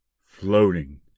floating